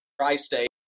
Tri-State